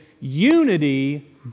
unity